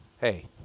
Hey